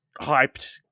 hyped